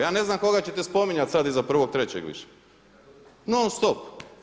Ja ne znam koga ćete spominjati sad iza 1.3. više, non stop.